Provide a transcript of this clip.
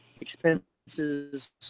expenses